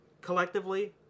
collectively